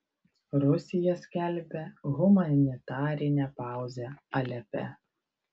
rusija skelbia humanitarinę pauzę alepe